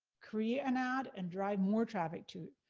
create an ad, and drive more traffic to